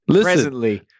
presently